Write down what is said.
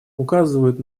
указывают